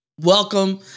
Welcome